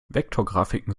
vektorgrafiken